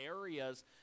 areas